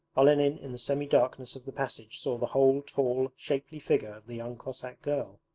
olenin in the semi-darkness of the passage saw the whole tall, shapely figure of the young cossack girl.